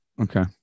Okay